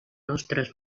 nostres